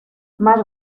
más